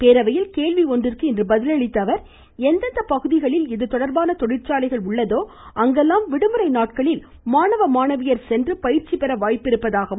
பேரவையில் கேள்வி ஒன்றுக்கு பதிலளித்த அவர் எந்தெந்த பகுதிகளில் இது தொடர்பான தொழிற்சாலைகள் உள்ளதோ அங்கெல்லாம் விடுமுறை நாட்களில் மாணவ மாணவியர் சென்று பயிற்சி பெறுவதற்கு வாய்ப்பிருப்பதாகவும்